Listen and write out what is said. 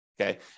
okay